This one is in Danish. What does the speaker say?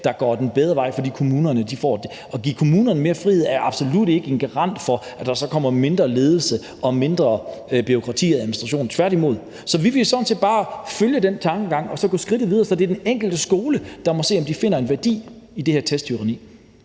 der går i en bedre retning, fordi kommunerne får mere frihed. At give kommunerne mere frihed er absolut ikke en garanti for, at der så kommer mindre ledelse og mindre bureaukrati og administration, tværtimod. Så vi vil sådan set bare følge den tankegang og så gå skridtet videre, så det er den enkelte skole, der må se, om de finder en værdi i det her testtyranni.